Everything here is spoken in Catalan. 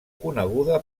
coneguda